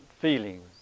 feelings